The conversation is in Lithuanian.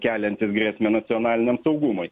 keliantis grėsmę nacionaliniam saugumui